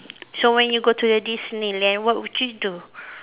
so when you go to the Disneyland what would you do